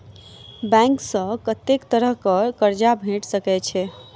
Bank सऽ कत्तेक तरह कऽ कर्जा भेट सकय छई?